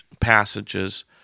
passages